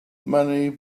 money